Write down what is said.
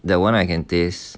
that one I can taste